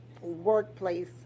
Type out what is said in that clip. workplace